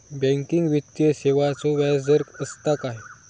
Banking वित्तीय सेवाचो व्याजदर असता काय?